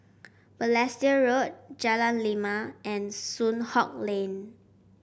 Balestier Road Jalan Lima and Soon Hock Lane